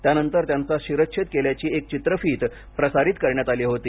त्यानंतर त्यांचा शिरच्छेद केल्याची एक चित्रफित प्रसारीत करण्यात आली होती